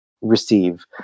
receive